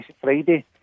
Friday